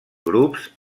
grups